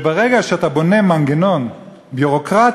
שברגע שאתה בונה מנגנון ביורוקרטי,